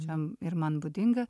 čiam ir man būdinga